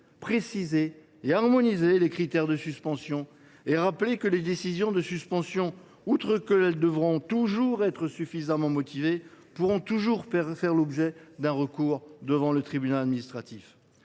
préciser et harmoniser les critères de suspension, mais aussi rappeler que les décisions de suspension, outre qu’elles devront toujours être suffisamment motivées, pourront dans tous les cas faire l’objet d’un recours devant le tribunal administratif.